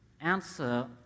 answer